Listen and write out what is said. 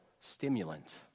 stimulant